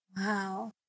Wow